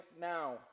now